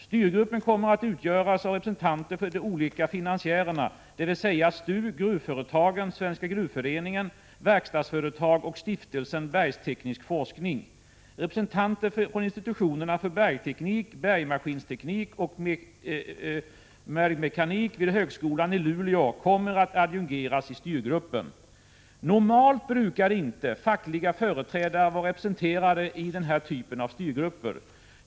Styrgruppen kommer att utgöras av representanter för de olika finansiärerna, dvs. STU, gruvföretagen, Svenska gruvföreningen, verkstadsföretag och Stiftelsen Bergteknisk forskning . Representanter från institutionerna för bergteknik, bergmaskinteknik och bergmekanik vid högskolan i Luleå kommer att adjungeras i styrgruppen. Normalt brukar inte fackliga företrädare vara representerade i den här typen av styrgrupper.